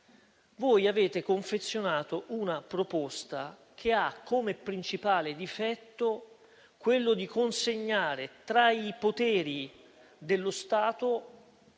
Voi avete confezionato una proposta che ha come principale difetto quello di consegnare tra i poteri dello Stato